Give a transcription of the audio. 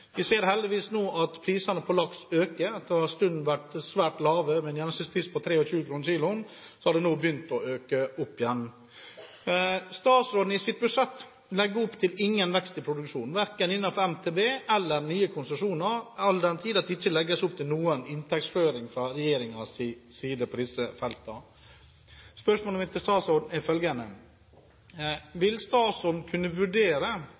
Vi ser heldigvis nå at prisene på laks øker etter en stund å ha vært svært lave. Etter å ha hatt en gjennomsnittspris på 23 kr per kilo har prisen nå begynt å øke igjen. Statsråden legger i sitt budsjett opp til ingen vekst i produksjonen, verken innenfor MTB eller gjennom nye konsesjoner, all den tid det ikke legges opp til noen inntektsføring fra regjeringens side på disse feltene. Spørsmålet mitt til statsråden er følgende: Vil statsråden kunne vurdere